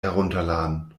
herunterladen